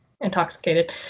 intoxicated